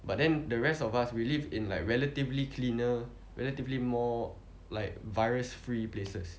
but then the rest of us we live in like relatively cleaner relatively more like virus free places